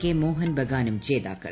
K മോഹൻ ബഗാനും ജേതാക്കൾ